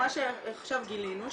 מה שעכשיו גילינו,